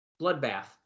Bloodbath